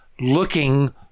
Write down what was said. looking